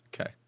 Okay